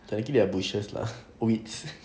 technically they are bushes lah weeds